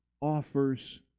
offers